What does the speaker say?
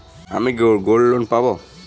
আমি কি gold loan পাবো?